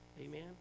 Amen